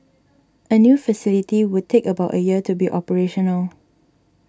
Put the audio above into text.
a new facility would take about a year to be operational